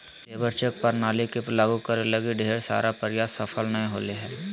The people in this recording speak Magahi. लेबर चेक प्रणाली के लागु करे लगी ढेर सारा प्रयास सफल नय होले हें